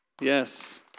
Yes